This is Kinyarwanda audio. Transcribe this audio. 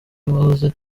n’uwahoze